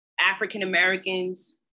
African-Americans